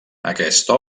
aquesta